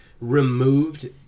removed